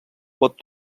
pot